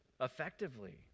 effectively